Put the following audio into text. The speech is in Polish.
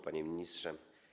Panie Ministrze!